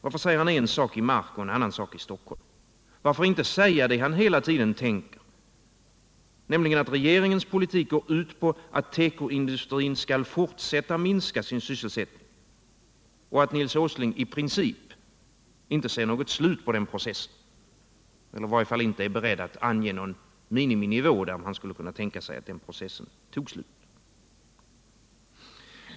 Varför säger han en sak i Mark och en annan sak i Stockholm? Varför inte säga det han hela tiden tänker — nämligen att regeringens politik går ut på att tekoindustrin skall fortsätta minska sin sysselsättning och att Nils Åsling i princip inte ser något slut på den processen eller i varje fall inte är beredd att ange någon miniminivå där man kan tänka sig att processen tar slut?